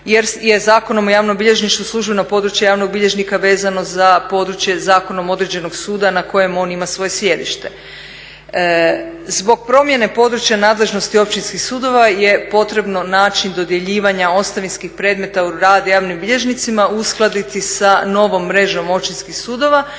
jer je Zakonom o javnom bilježništvu službeno područje javnog bilježnika vezano za područje zakonom određenog suda na kojem on ima svoje sjedište. Zbog promjene područja nadležnosti općinskih sudova je potrebno način dodjeljivanja ostavinskih predmeta u rad javnim bilježnicima uskladiti sa novom mrežom općinskih sudova